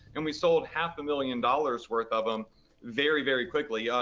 and we sold half a million dollars worth of them very, very quickly. yeah